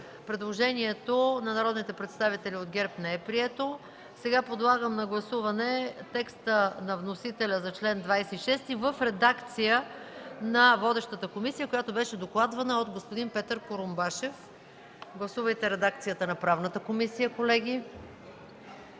Предложението на народните представители от ГЕРБ не е прието. Подлагам на гласуване текста на вносителя за чл. 26 в редакцията на водещата комисия, която беше докладвана от господин Петър Курумбашев. Гласували 92 народни представители: